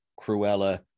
Cruella